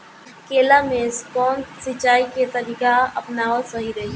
केला में कवन सिचीया के तरिका अपनावल सही रही?